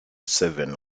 seven